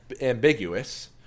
ambiguous